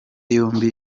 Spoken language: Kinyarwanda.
yombi